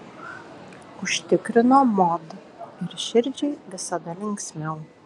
užtikrino mod ir širdžiai visada linksmiau